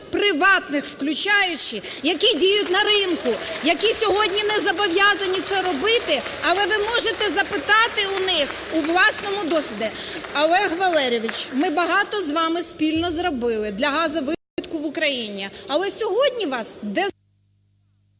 приватних включаючи, які діють на ринку, які сьогодні не зобов'язані це робити. (Оплески) Але ви можете запитати у них у власному досвіді. Олег Валерійович, ми багато з вами спільно зробили для газовидобутку в Україні, але сьогодні вас… ГОЛОВУЮЧИЙ.